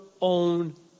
own